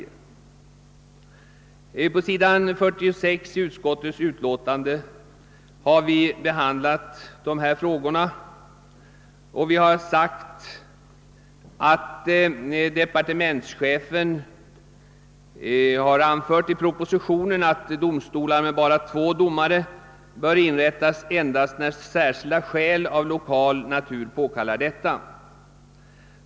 | Dessa frågor behandlas på s. 46 i utskottets utlåtande, där 'vi anför bl.a. följande: »Departementschefen har anfört att domstolar med bara två doma Te bör inrättas endast när särskilda skäl av lokal natur påkallar detta.